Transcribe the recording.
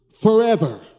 forever